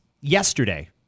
yesterday